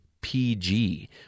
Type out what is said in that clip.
PG